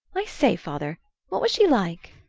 i say, father what was she like?